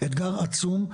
אתגר עצום.